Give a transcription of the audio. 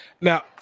now